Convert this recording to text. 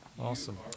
Awesome